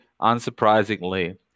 unsurprisingly